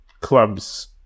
clubs